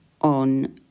on